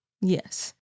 Yes